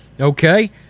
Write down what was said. Okay